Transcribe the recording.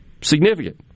Significant